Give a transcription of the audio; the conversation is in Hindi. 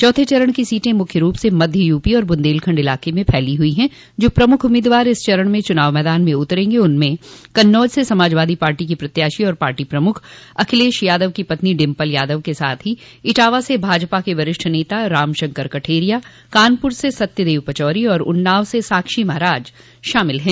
चौथे चरण की सीटें मुख्य रूप से मध्य यूपी और बुन्देलखंड इलाके में फैली हुई है जो प्रमुख उम्मीदवार इस चरण में चुनाव मैदान में उतरेंगे उनमें कन्नौज से समाजवादी पार्टी की प्रत्याशी और पार्टी प्रमुख अखिलेश यादव की पत्नी डिम्पल यादव के साथ ही इटावा से भाजपा के वरिष्ठ नेता रामशंकर कठेरिया कानपुर से सत्यदेव पचौरी और उन्नाव से साक्षी महराज शामिल है